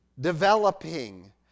developing